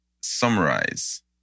summarize